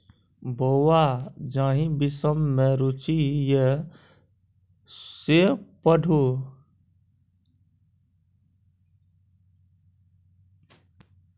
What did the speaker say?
बौंआ जाहि विषम मे रुचि यै सैह पढ़ु